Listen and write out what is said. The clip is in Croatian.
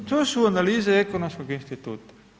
I to su analize Ekonomskog instituta.